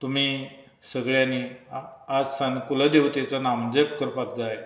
तुमी सगळ्यांनी आज सान कुलदेवतेचें नाम जप करपाक जाय